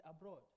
abroad